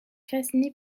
fasciné